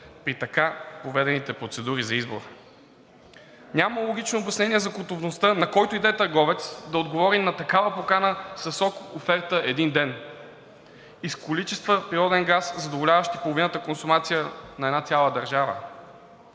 при така проведените процедури за избор. Няма логично обяснение за готовността на който и да е търговец да отговори на такава покана със срок на офертата един ден и с количества природен газ, задоволяващи половината консумация на една цяла държава,